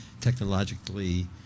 technologically